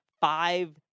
five